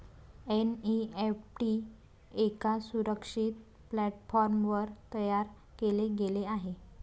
NEFT एका सुरक्षित प्लॅटफॉर्मवर तयार केले गेले आहे